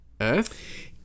Earth